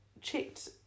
checked